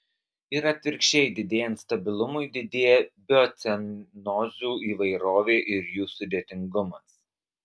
ir atvirkščiai didėjant stabilumui didėja biocenozių įvairovė ir jų sudėtingumas